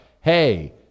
hey